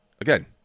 Again